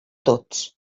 tots